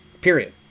Period